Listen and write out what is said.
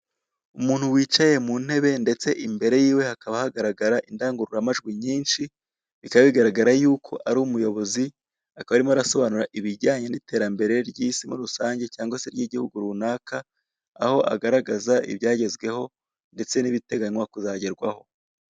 Umuntu wicaye mu ntebe ndetse imbere yiwe hakaba hagaragara indangururamajwi nyinshi bikaba bigaragara yuko ari umuyobozi akaba arimo arasobanura ibijyanye n'iterambere ry'isi muri rusange cyangwa se ry'igihugu runaka aho agaragaza ibyagezweho ndetse nibiteganywa kuzagerwaho.